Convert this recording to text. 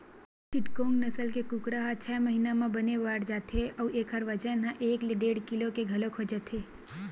चिटगोंग नसल के कुकरा ह छय महिना म बने बाड़ जाथे अउ एखर बजन ह एक ले डेढ़ किलो के घलोक हो जाथे